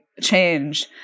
change